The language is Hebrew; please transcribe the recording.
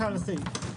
ברשותך.